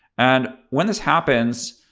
and when this happens,